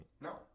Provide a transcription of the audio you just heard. No